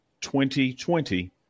2020